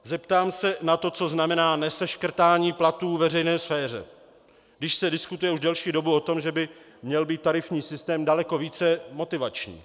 Zeptám se na to, co znamená neseškrtání platů ve veřejné sféře, když se diskutuje už delší dobu o tom, že by měl být tarifní systém daleko více motivační.